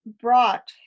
brought